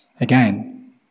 again